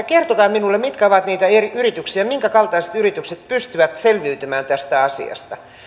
kertokaa minulle mitkä ovat niitä yrityksiä minkä kaltaiset yritykset pystyvät selviytymään tästä asiasta